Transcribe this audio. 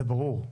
זה ברור.